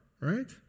right